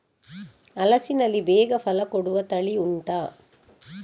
ಹಲಸಿನಲ್ಲಿ ಬೇಗ ಫಲ ಕೊಡುವ ತಳಿ ಉಂಟಾ